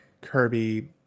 Kirby